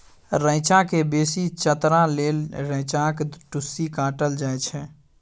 रैंचा केँ बेसी चतरै लेल रैंचाक टुस्सी काटल जाइ छै